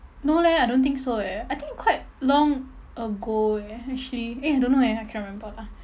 no leh I don't think so eh I think quite long ago eh actually eh I don't know eh I can't remember ah